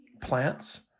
plants